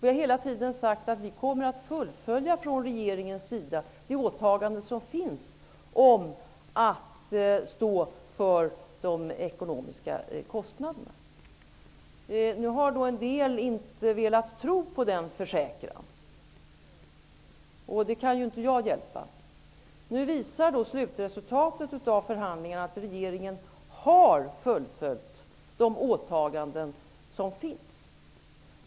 Vi har hela tiden sagt att vi från regeringens sida kommer att fullfölja de åtaganden som finns om att stå för de ekonomiska kostnaderna. Nu har en del inte velat tro på den försäkran. Det kan inte jag hjälpa. Nu visar slutresultatet av förhandlingarna att regeringen har fullföljt de åtaganden som finns.